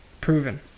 proven